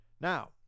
Now